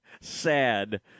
sad